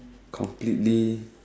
completely